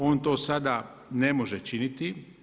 On to sada ne može činiti.